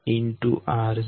ro